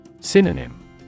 Synonym